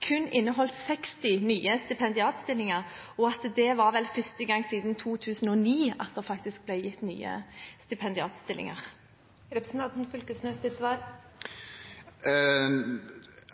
kun inneholdt 60 nye stipendiatstillinger, og at det vel var første gang siden 2009 at det ble gitt nye stipendiatstillinger.